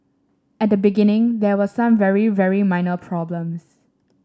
at the beginning there were some very very minor problems